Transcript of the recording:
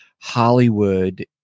Hollywood